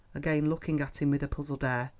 again looking at him with a puzzled air,